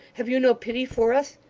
have you no pity for us?